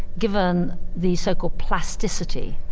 given the so-called plasticity,